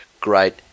great